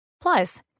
Plus